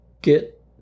get